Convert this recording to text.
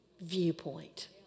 viewpoint